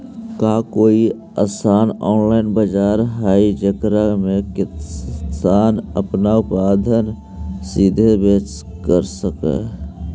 का कोई अइसन ऑनलाइन बाजार हई जेकरा में किसान अपन उत्पादन सीधे बेच सक हई?